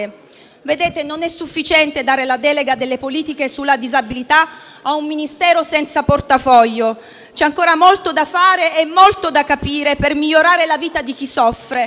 Vedete, non è sufficiente dare la delega delle politiche sulla disabilità a un Ministero senza portafoglio. C'è ancora molto da fare e molto da capire per migliorare la vita di chi soffre